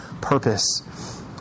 purpose